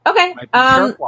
Okay